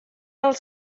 als